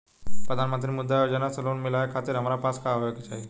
प्रधानमंत्री मुद्रा योजना से लोन मिलोए खातिर हमरा पास का होए के चाही?